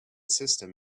system